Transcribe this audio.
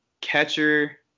catcher